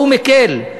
ההוא מקל.